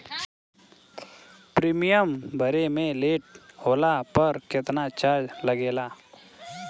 Premium भरे मे late होला पर केतना चार्ज लागेला?